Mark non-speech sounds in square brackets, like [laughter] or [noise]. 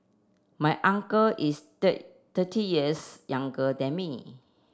my uncle is [unintelligible] thirty years younger than me